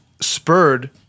spurred